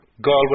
Galway